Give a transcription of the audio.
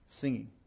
singing